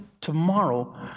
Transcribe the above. tomorrow